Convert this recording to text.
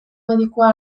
medikua